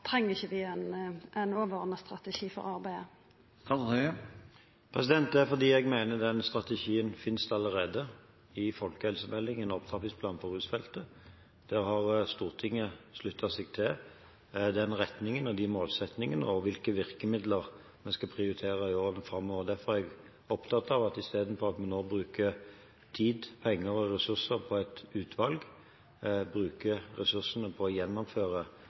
treng vi ikkje ein overordna strategi for arbeidet? Det er fordi jeg mener at den strategien allerede finnes i folkehelsemeldingen og opptrappingsplanen for rusfeltet. Der har Stortinget sluttet seg til retningen og målsettingene og hvilke virkemidler en skal prioritere i årene framover. Derfor er jeg opptatt av at vi istedenfor at vi nå bruker tid, penger og ressurser på et utvalg, bruker ressursene på å gjennomføre